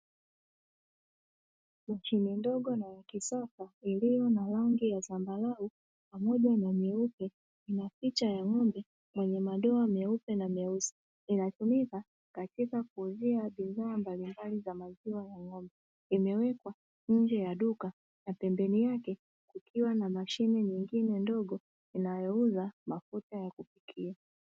Mashine ndogo na ya kisasa iliyo na rangi ya zambarau pamoja na nyeupe; ina picha ya ng'ombe mwenye madoa meupe na meusi, inatumika katika kuuza bidhaa mbalimbali za maziwa ya ng'ombe. Imewekwa nje ya duka na pembeni yake kukiwa na mashine nyingine ndogo inayouza mafuta ya kupikia.